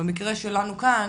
במקרה שלנו כאן